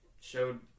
showed